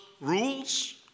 rules